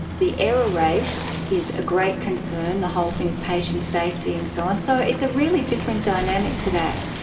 the error rate is a great concern, the whole thing of patient safety and so on. so it's a really different dynamic today,